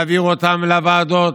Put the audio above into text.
יעבירו אותם לוועדות?